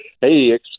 hey